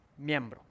miembro